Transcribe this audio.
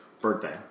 birthday